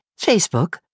Facebook